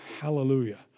hallelujah